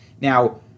Now